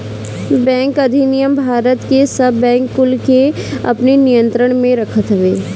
bank अधिनियम भारत के सब बैंक कुल के अपनी नियंत्रण में रखत हवे